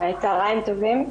צוהריים טובים.